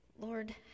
Lord